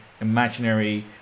imaginary